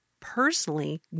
personally